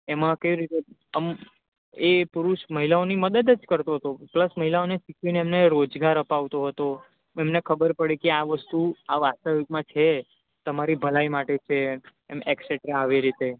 એમાં કેવી રીતે આમ એ પુરુષ મહિલાઓની મદદ જ કરતો હતો પ્લસ મહિલાઓને શીખવીને એમને રોજગાર અપાવતો હતો એમને ખબર પડી કે આ વસ્તુ આ વાસ્તવિકમાં છે તમારી ભલાઈ માટે છે એમ એકઝેટમાં એવી રીતે